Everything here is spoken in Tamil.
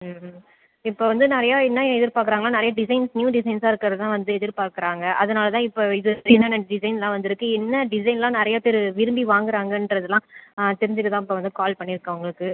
ம் இப்போ வந்து நிறைய என்ன எதிர்பார்குறாங்கனா நிறைய டிசைன்ஸ் நியூ டிசைன்ஸாக இருக்கிறதுதான் வந்து எதிர்பார்க்குறாங்க அதனால் தான் இப்போ இது என்னென்ன டிசைன்லாம் வந்து இருக்கு என்ன டிசைன்லாம் நிறைய பேர் விரும்பி வாங்குறாங்கன்றதுல்லாம் தெரிஞ்சுக்கத்தான் இப்போ வந்து கால் பண்ணியிருக்கன் உங்களுக்கு